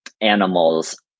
animals